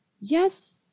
Yes